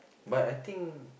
but I think